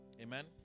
Amen